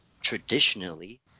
Traditionally